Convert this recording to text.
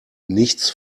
nichts